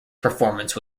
performance